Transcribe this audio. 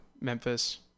Memphis